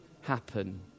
happen